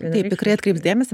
taip tikrai atkreips dėmesį